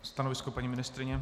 Stanovisko paní ministryně?